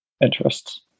interests